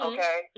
Okay